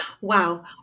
Wow